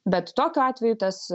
bet tokiu atveju tas